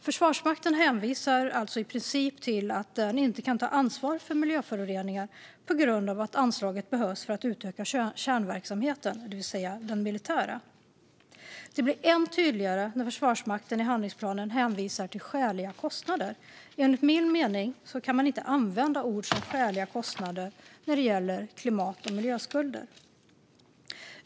Försvarsmakten hänvisar alltså i princip till att den inte kan ta ansvar för miljöföroreningar på grund av att anslaget behövs till att utöka kärnverksamheten, det vill säga militären. Det blir ännu tydligare när Försvarsmakten i handlingsplanen hänvisar till skäliga kostnader. Enligt min mening kan man inte använda ord som skäliga kostnader när det gäller klimat och miljöskulder.